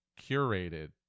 curated